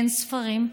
אין ספרים,